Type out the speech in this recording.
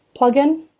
plugin